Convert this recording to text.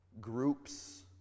groups